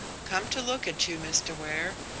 come to look at you, mr. ware,